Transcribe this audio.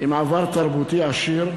עם עבר תרבותי עשיר,